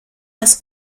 dass